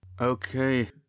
Okay